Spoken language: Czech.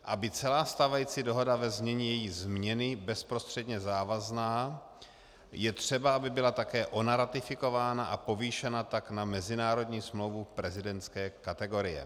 Aby celá stávající dohoda ve znění její změny byla bezprostředně závazná, je třeba, aby byla také ona ratifikována a povýšena tak na mezinárodní smlouvu prezidentské kategorie.